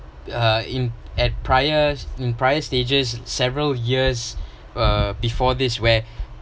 uh in at priors in prior stages several years uh before this where